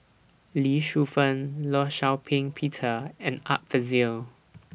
Lee Shu Fen law Shau Ping Peter and Art Fazil